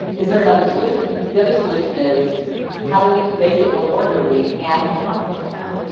is there another solution? the other solution is how do we make it look orderly and have a coffee machine out?